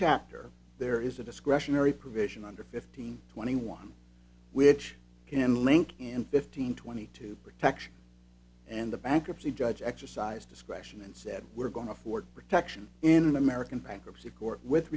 chapter there is a discretionary provision under fifteen twenty one which can link in fifteen twenty two protection and the bankruptcy judge exercise discretion and said we're going to afford protection in an american bankruptcy court with